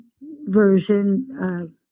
version